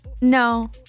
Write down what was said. No